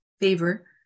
favor